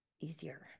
easier